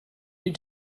you